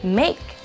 make